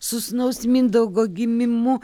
su sūnaus mindaugo gimimu